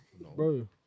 Bro